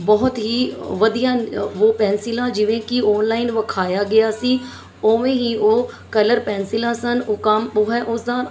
ਬਹੁਤ ਹੀ ਵਧੀਆ ਉਹ ਵੋਹ ਪੈਨਸਿਲਾਂ ਜਿਵੇਂ ਕਿ ਔਨਲਾਈਨ ਵਿਖਾਇਆ ਗਿਆ ਸੀ ਉਵੇਂ ਹੀ ਉਹ ਕਲਰ ਪੈਨਸਿਲਾਂ ਸਨ ਉਹ ਕੰਮ